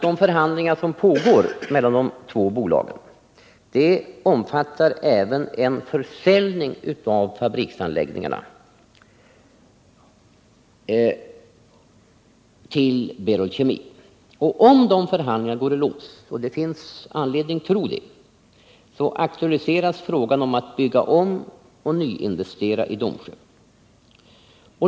De förhandlingar som nu pågår mellan de två bolagen omfattar emellertid även en försäljning av fabriksanläggningarna till Berol Kemi. Om dessa förhandlingar går i lås — och det finns anledning tro att de skall göra det — aktualiseras frågan om att bygga om och nyinvestera i Domsjö.